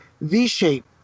V-shape